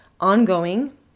ongoing